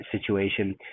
situation